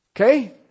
okay